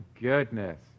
goodness